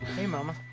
hey, mama.